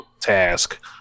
task